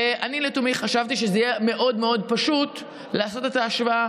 ואני לתומי חשבתי שזה יהיה מאוד מאוד פשוט לעשות את ההשוואה.